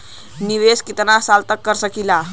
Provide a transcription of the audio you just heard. निवेश कितना साल तक कर सकीला?